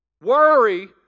Worry